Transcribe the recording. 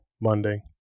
Monday